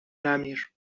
نمیر